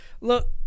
look